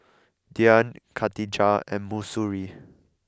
Dian Katijah and Mahsuri